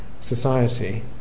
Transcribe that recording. society